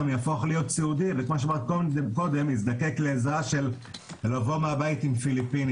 יהפוך להיות סיעודי שהוא יזדקק לעזרה ולבוא מהבית עם עובד זר.